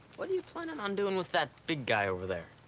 what are you planning on doing with that big guy over there?